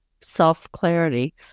self-clarity